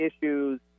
issues